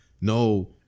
No